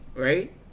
right